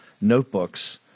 notebooks